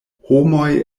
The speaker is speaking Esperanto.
homoj